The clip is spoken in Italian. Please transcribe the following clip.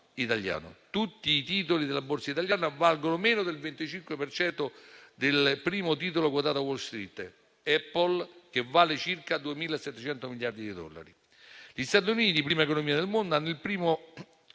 Tutti i titoli della borsa italiana valgono meno del 25 per cento del primo titolo quotato a Wall Street, Apple, che vale circa 2.700 miliardi di dollari. Gli Stati Uniti, prima economia del mondo, hanno il primo